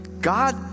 God